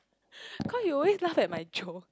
cause you always laugh at my joke